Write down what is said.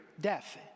death